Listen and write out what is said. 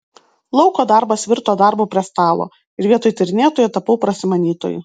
lauko darbas virto darbu prie stalo ir vietoj tyrinėtojo tapau prasimanytoju